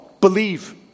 Believe